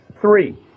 Three